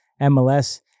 MLS